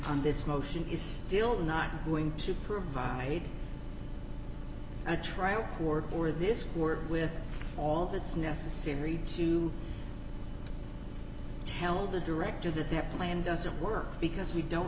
on this motion is still not going to provide a trial or or this work with all that's necessary to tell the director that their plan doesn't work because we don't